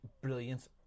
brilliant